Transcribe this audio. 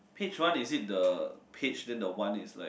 Page One is it the page then the one is like